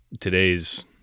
today's